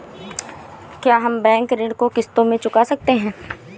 क्या हम बैंक ऋण को किश्तों में चुका सकते हैं?